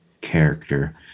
character